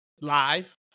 live